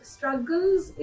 Struggles